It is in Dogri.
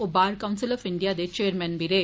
ओ बार कौंसिल आफ इंडियां दे चेयरमैन बी रेए